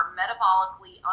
metabolically